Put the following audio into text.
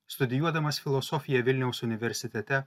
studijuodamas filosofiją vilniaus universitete